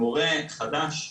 מורה חדש,